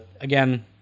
again